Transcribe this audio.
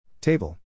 Table